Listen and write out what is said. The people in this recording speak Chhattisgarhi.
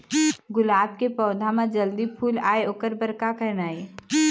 गुलाब के पौधा म जल्दी फूल आय ओकर बर का करना ये?